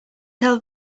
tell